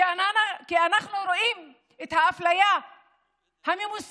כי אנחנו רואים את האפליה הממוסדת